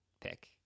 pick